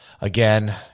Again